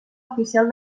oficial